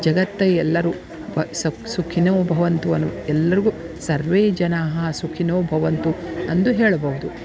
ಜಗತ್ತೇ ಎಲ್ಲರೂ ಪ ಸೊಕ್ ಸುಖಿನೋಭವಂತು ಅನು ಎಲ್ಲರಿಗೂ ಸರ್ವೇ ಜನಾಃ ಸುಖಿನೋಭವಂತು ಅಂದು ಹೇಳ್ಬೌದು